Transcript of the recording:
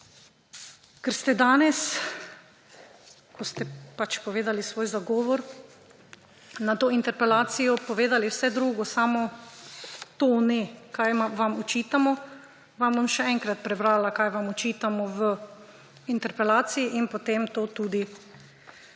Ker ste danes, ko ste pač povedali svoj zagovor na to interpelacijo, povedali vse drugo, samo tega ne, kar vam očitamo, vam bom še enkrat prebrala, kaj vam očitamo v interpelaciji, in potem to tudi